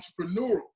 entrepreneurial